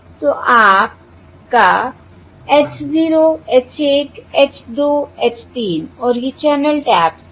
तो आपका H 0 H 1 H 2 H 3 और ये चैनल टैप्स हैं